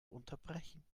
unterbrechen